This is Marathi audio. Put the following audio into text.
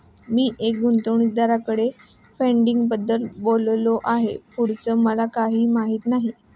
मी एका गुंतवणूकदाराकडे फंडिंगबद्दल बोललो आहे, पुढचं मला काही माहित नाही